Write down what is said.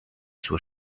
zur